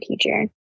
teacher